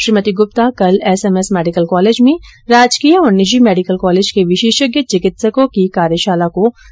श्रीमती गुप्ता कल SMS medical college में राजकीय और निजी मेडिकल कालेज के विशेषज्ञ चिकित्सकों की कार्यशाला को सम्बोधित कर रही थी